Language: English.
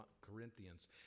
Corinthians